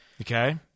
okay